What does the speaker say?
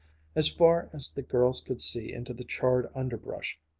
as far as the girls could see into the charred underbrush,